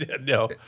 No